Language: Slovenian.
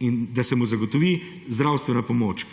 in da se mu zagotovi zdravstvena pomoč.